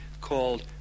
called